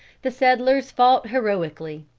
the settlers fought heroically.